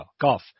golf